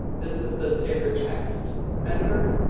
this is the standard text editor.